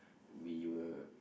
we were